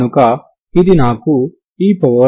కనుక ఇది నాకు e 3